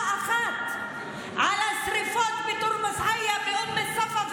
אחת על השרפות בתורמוס עיא ובאום א-ספא.